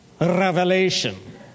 revelation